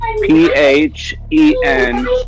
P-H-E-N